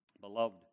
Beloved